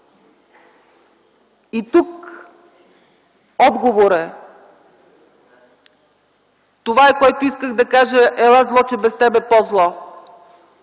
И тук отговорът е това, което исках да кажа: „Ела зло, че без теб – по-зло!”.